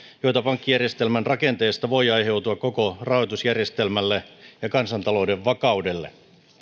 joita pankkijärjestelmän rakenteesta voi aiheutua koko rahoitusjärjestelmälle ja kansantalouden vakaudelle